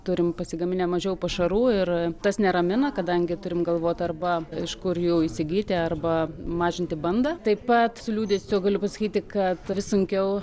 turim pasigaminę mažiau pašarų ir tas neramina kadangi turim galvot arba iš kur jų įsigyti arba mažinti bandą taip pat su liūdesiu galiu pasakyti kad vis sunkiau